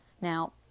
Now